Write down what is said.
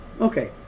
okay